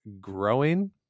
growing